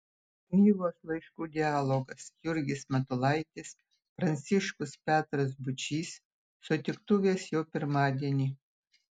knygos laiškų dialogas jurgis matulaitis pranciškus petras būčys sutiktuvės jau pirmadienį